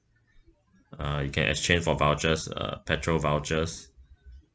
uh you can exchange for vouchers uh petrol vouchers